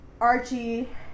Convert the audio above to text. Archie